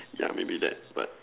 yeah maybe that but